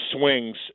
swings